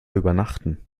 übernachten